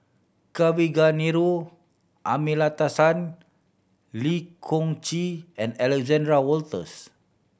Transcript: Kavignareru Amallathasan Lee Choon Kee and Alexander Wolters